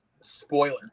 spoiler